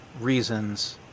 reasons